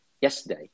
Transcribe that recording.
Yesterday